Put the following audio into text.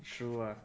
true ah